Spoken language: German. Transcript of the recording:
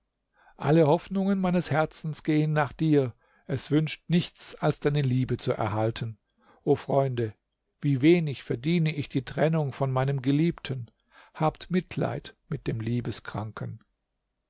alle hoffnungen meines herzens gehen nach dir es wünscht nichts als deine liebe zu erhalten o freunde wie wenig verdiene ich die trennung von meinem geliebten habt mitleid mit dem